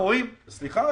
סליחה,